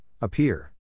appear